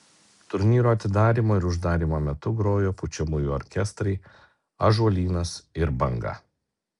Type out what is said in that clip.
turnyro atidarymo ir uždarymo metu grojo pučiamųjų orkestrai ąžuolynas ir banga